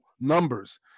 numbers